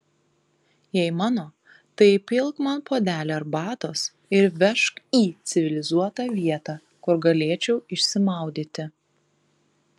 jei mano tai įpilk man puodelį arbatos ir vežk į civilizuotą vietą kur galėčiau išsimaudyti